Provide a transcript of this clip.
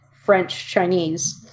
French-Chinese